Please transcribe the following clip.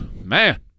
man